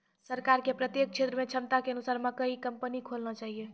सरकार के प्रत्येक क्षेत्र मे क्षमता के अनुसार मकई कंपनी खोलना चाहिए?